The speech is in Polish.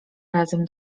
razem